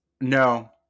No